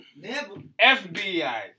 FBI